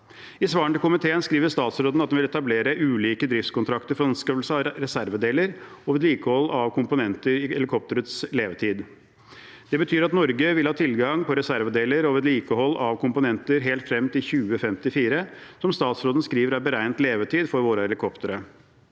I svarene til komiteen skriver statsråden at man vil etablere ulike driftskontrakter for anskaffelse av reservedeler og vedlikehold av komponenter i helikopterets levetid. Det betyr at Norge vil ha tilgang på reservedeler og vedlikehold av komponenter helt frem til 2054, som statsråden skriver er beregnet levetid for våre helikoptre.